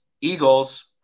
Eagles